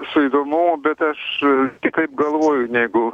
su įdomumu bet aš kitaip galvoju negu